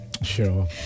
Sure